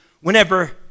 whenever